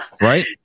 right